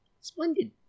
Splendid